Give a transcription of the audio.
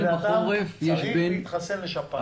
אדם צריך להתחסן לשפעת.